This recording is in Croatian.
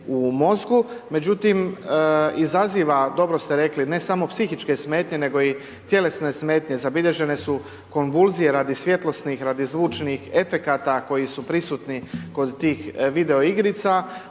u mozgu. Međutim, izaziva, dobro ste rekli, ne samo psihičke smetnje, nego i tjelesne smetnje, zabilježene su konvulzije radi svjetlosnih, radi zvučnih efekata koji su prisutni kod tih video igrica.